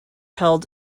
held